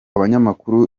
abanyamakuru